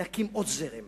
להקים עוד זרם,